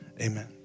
amen